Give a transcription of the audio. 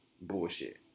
bullshit